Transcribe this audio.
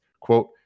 Quote